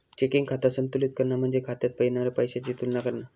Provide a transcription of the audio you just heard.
checking खाता संतुलित करणा म्हणजे खात्यात येणारा पैशाची तुलना करणा